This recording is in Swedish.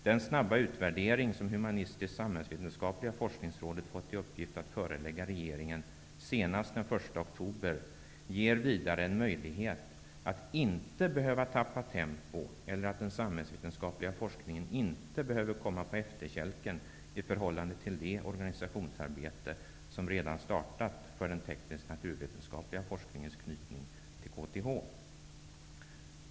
Den snabba utvärdering som Humanistisksamhällsvetenskapliga forskningsrådet fått i uppgift att förelägga regeringen senast den 1 oktober ger oss vidare en möjlighet att inte behöva tappa tempo eller att den samhällsvetenskapliga forskningen inte behöver komma på efterkälken i förhållande till det organisationsarbete som redan startat för den teknisk-naturvetenskapliga forskningens knytning till KTH.